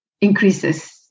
increases